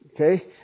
Okay